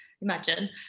Imagine